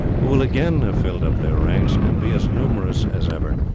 who will again have filled up their ranks, and be as numerous as ever.